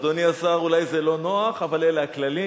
אדוני השר, אולי זה לא נוח, אבל אלה הכללים.